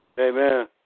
Amen